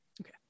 Okay